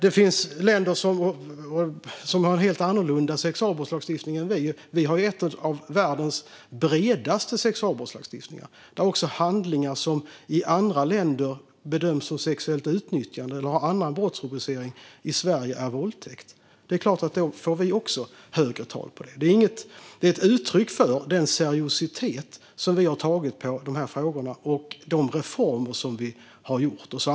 Det finns länder som har en helt annorlunda sexualbrottslagstiftning än Sverige. Vi har en av världens bredaste sexualbrottslagstiftningar, där handlingar som i andra länder bedöms som sexuellt utnyttjande eller har en annan brottsrubricering i Sverige räknas som våldtäkt. Det är klart att vi då får högre tal för detta. Det är ett uttryck för den seriositet med vilken vi har tagit oss an de här frågorna och de reformer som vi har gjort.